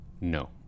no